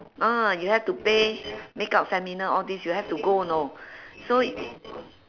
ah you have to pay makeup seminar all these you have to go you know so i~